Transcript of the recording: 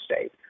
state